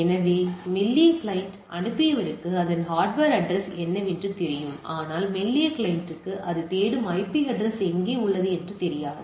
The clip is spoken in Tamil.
எனவே மெல்லிய கிளையன்ட் அனுப்பியவருக்கு அதன் ஹார்ட்வர் அட்ரஸ் என்னவென்று தெரியும் ஆனால் மெல்லிய கிளையண்ட்டுக்கு அது தேடும் ஐபி அட்ரஸ் எங்கே என்று தெரியாது